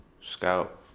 scout